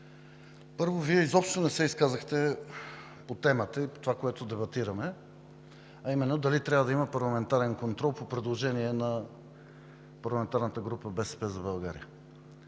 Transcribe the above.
Първо, Вие изобщо не се изказахте по темата и по това, което дебатираме, а именно дали трябва да има парламентарен контрол по предложение на парламентарната група на „БСП за България“.